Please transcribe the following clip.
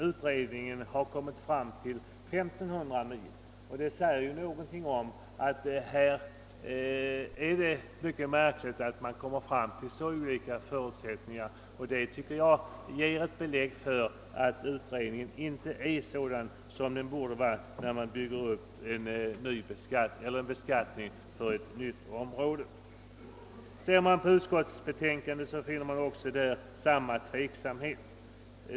Utredningen däremot har kommit fram till en körsträcka på 1500 mil. Det är mycket märkligt att man har så olika bedömningar. Det tycker jag utgör ett belägg för att utredningen inte är så grundlig som den borde ha varit när man skall bygga upp en beskattning för ett nytt område. Även i utskottets betänkande finner man samma tveksamhet.